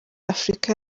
afurika